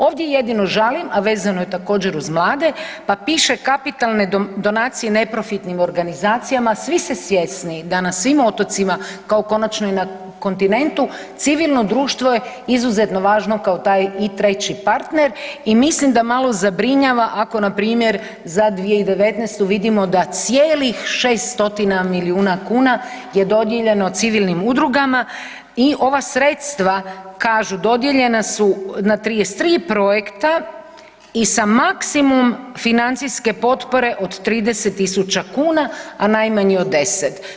Ovdje jedino žalim, a vezano je također uz mlade, pa piše kapitalne donacije neprofitnim organizacijama, svi ste svjesni da na svim otocima kao konačno i na kontinentu civilno društvo je izuzetno važno kao taj i treći partner i mislim da malo zabrinjava ako npr. za 2019. vidimo da cijelih 600 milijuna kuna je dodijeljeno civilnim udrugama i ova sredstva kažu dodijeljena su na 33 projekta i sa maksimum financijske potpore od 30.000, a najmanje od 10.